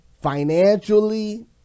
financially